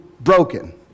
broken